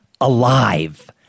alive